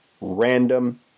random